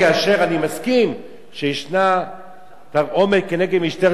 אני מסכים שישנה תרעומת כנגד משטרת